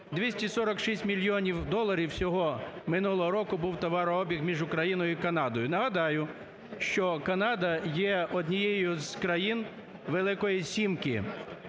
246 мільйонів доларів всього минулого року був товарообіг між Україною і Канадою. Нагадаю, що Канада є однією з країн "Великої сімки",